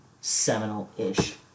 seminal-ish